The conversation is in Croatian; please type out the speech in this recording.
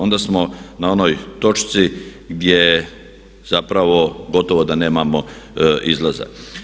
Onda smo na onoj točci gdje zapravo gotovo da nemamo izlaza.